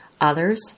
others